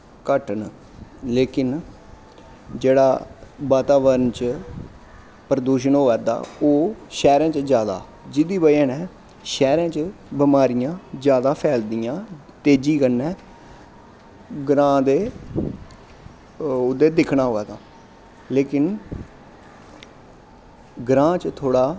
घट्ट न लेकिन जेह्ड़ा बाताबरन च प्रदूशन होआ दा ओह् शैह्रैं च जैदा ऐ जेह्दी बजह् नै शैह्रैं च बमारियां जैदा फैलदियां तेजी कन्नै ग्राएं दे ओह्दे च दिक्खना होऐ तां ग्राएं च थोह्ड़ा